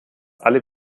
alle